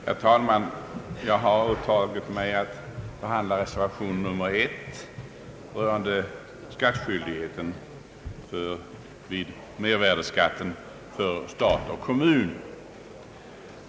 Herr talman! Jag har åtagit mig att tala för reservation nr 1, som berör skyldigheten för stat och kommun att erlägga mervärdeskatt.